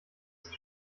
sich